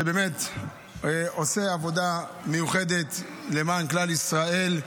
שבאמת עושה עבודה מיוחדת למען כלל ישראל,